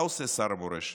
מה עושה שר המורשת?